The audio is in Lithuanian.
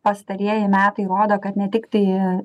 pastarieji metai rodo kad ne tiktai